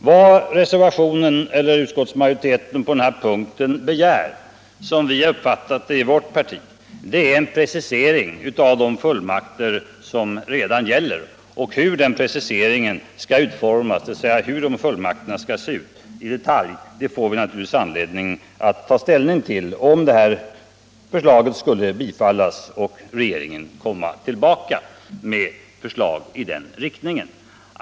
Vad utskottsmajoriteten på den här punkten begär är, såsom vi i vårt parti uppfattat det, en precisering av de fullmakter som redan gäller. Hur den preciseringen skall utformas, dvs. hur fullmakterna skall se ut i detalj, får vi naturligtvis anledning att ta ställning till om det här förslaget bifalles och vi får ett förslag från regeringen.